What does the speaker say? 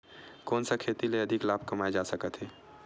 कोन सा खेती से अधिक लाभ कमाय जा सकत हे?